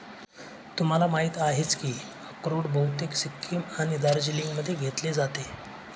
तुम्हाला माहिती आहेच की अक्रोड बहुतेक सिक्कीम आणि दार्जिलिंगमध्ये घेतले जाते